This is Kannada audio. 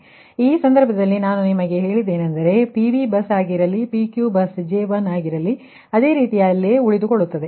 ಆದ್ದರಿಂದ ಈ ಸಂದರ್ಭದಲ್ಲಿ ನಾನು ನಿಮಗೆ ಹೇಳಿದ್ದೇನೆಂದರೆ ಅದು PV ಬಸ್ ಆಗಿರಲಿ ಅಥವಾ PQ ಬಸ್ J1 ಆಗಿರಲಿ ಅದೇ ರೀತಿಯಲ್ಲಿಯೇ ಉಳಿಯುತ್ತದೆ